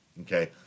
Okay